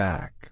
Back